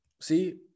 See